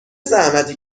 زحمتی